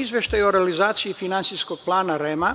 Izveštaju o realizaciji finansijskog plana REM-a,